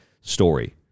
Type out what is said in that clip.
story